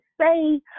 say